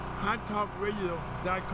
hottalkradio.com